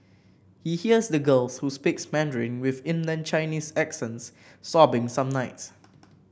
he hears the girls who speaks Mandarin with inland Chinese accents sobbing some nights